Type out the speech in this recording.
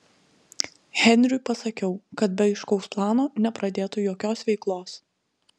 henriui pasakiau kad be aiškaus plano nepradėtų jokios veiklos